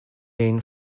been